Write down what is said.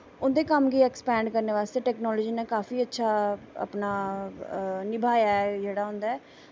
उं'दे कम्म गी अक्स्पैंड़ करने आस्तै टैकनॉलजी ने काफी अच्छा अपना निवाया ऐ अपना जेह्ड़ा होंदा ऐ